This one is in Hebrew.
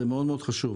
זה מאוד חשוב.